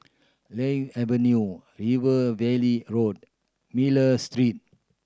Lily Avenue River Valley Road Miller Street